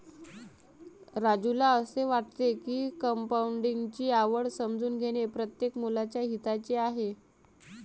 राजूला असे वाटते की कंपाऊंडिंग ची आवड समजून घेणे प्रत्येक मुलाच्या हिताचे आहे